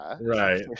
Right